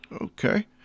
Okay